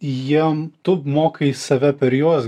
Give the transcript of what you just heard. jiem tu mokai save per juos